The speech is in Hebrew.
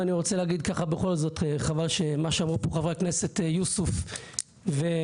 חבל על מה שאמרו פה חברי הכנסת יוסוף ואימאן,